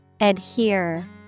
Adhere